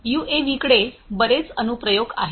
यूएव्हीकडे बरेच अनुप्रयोग आहेत